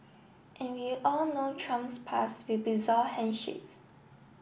and we all know Trump's past with bizarre handshakes